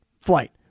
flight